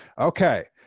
Okay